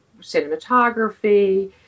cinematography